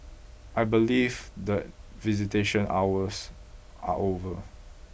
I believe the visitation hours are over